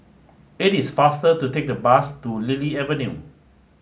it is faster to take the bus to Lily Avenue